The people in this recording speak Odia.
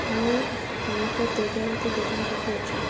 ମୁଁ ଅମୁକ ତେଜରାତି ଦୋକାନ ପାଖରେ ଅଛି